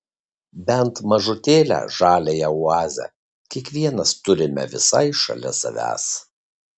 bent mažutėlę žaliąją oazę kiekvienas turime visai šalia savęs